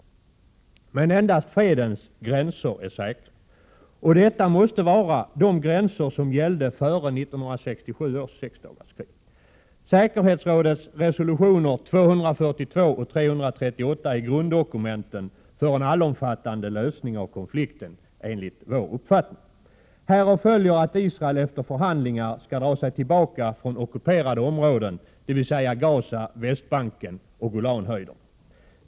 Men endast fredens gränser är säkra. Och detta måste vara de gränser som gällde före 1967 års sexdagarskrig. Säkerhetsrådets resolutioner 242 och 338 är enligt vår uppfattning grunddokumenten för en allomfattande lösning av konflikten. Härav följer att Israel efter förhandlingar skall dra sig tillbaka från de ockuperade områdena, dvs. från Gaza, Västbanken och Golanhöjderna.